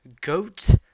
Goat